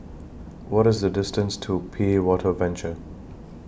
What IS The distance to P A Water Venture